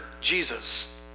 Jesus